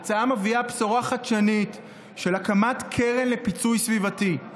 ההצעה מביאה בשורה חדשנית של הקמת קרן לפיצוי סביבתי.